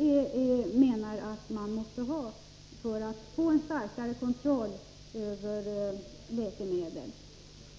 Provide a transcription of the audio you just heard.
Vi menar att man måste ha en starkare kontroll över läkemedel.